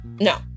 no